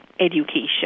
education